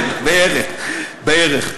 בערך, בערך.